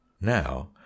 now